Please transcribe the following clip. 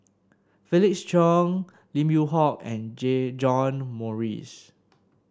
Felix Cheong Lim Yew Hock and Jay John Morrice